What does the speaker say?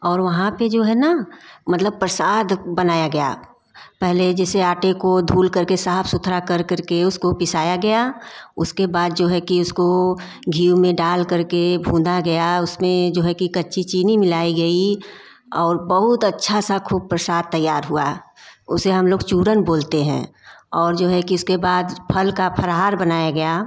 और वहाँ पे जो हैना मतलब प्रसाद बनाया गया पहले जैसे आटे को धुल करके साफ सुथरा कर करके उसको पिसाया गया उसके बाद जो है कि उसको घी में डाल करके भूना गया उसमें जो है कि कच्ची चीनी मिलाई गई और बहुत अच्छा सा खूब प्रसाद तैयार हुआ उसे हम लोग चूरन बोलते हैं और जो है कि उसके बाद फल का फराहार बनाया गया